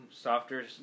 softer